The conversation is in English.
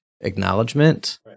acknowledgement